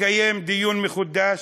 לקיים דיון מחודש,